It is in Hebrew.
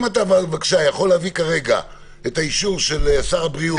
אם אתה יכול להביא כרגע את האישור של שר הבריאות.